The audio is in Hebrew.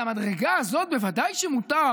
על המדרגה הזאת בוודאי שמותר,